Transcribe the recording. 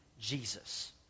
Jesus